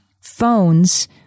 Phones